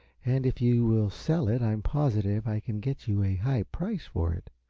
and if you will sell it i am positive i can get you a high price for it.